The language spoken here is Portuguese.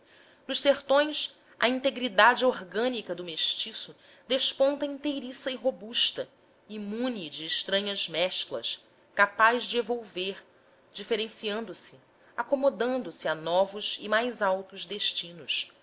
nos sertões a integridade orgânica do mestiço desponta inteiriça e robusta imune de estranhas mesclas capaz de evolver diferenciando se acomodando-se a novos e mais altos destinos